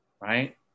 Right